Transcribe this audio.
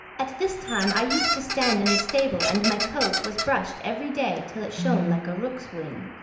at this time i used to stand in the stable and my coat was brushed every day till it shone like a rook's wing.